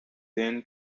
then